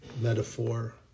metaphor